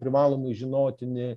privalomai žinotini